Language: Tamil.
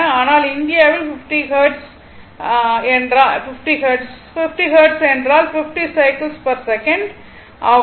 ஆனால் இந்தியாவில் 50 ஹெர்ட்ஸ் 50 ஹெர்ட்ஸ் என்றால் 50 சைக்கிள் பெர் செகண்ட் ஆகும்